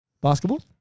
Basketball